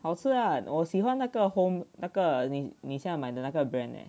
好吃啊我喜欢那个 home 那个你你现在买的那个 brand leh